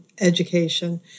education